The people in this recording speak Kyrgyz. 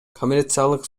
коммерциялык